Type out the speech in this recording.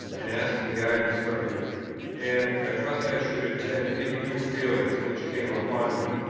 and asking guidance for me and, i trust, i should attend to any new feelings which came upon me,